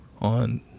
on